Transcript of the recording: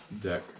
deck